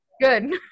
Good